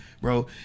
Bro